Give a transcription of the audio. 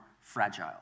fragile